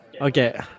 Okay